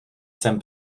jsem